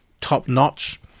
top-notch